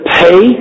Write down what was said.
pay